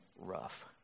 rough